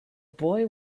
boy